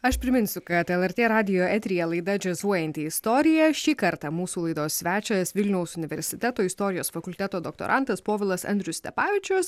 aš priminsiu kad lrt radijo eteryje laida džiazuojanti istorija šį kartą mūsų laidos svečias vilniaus universiteto istorijos fakulteto doktorantas povilas andrius stepavičius